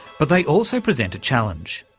but they also present a challenge.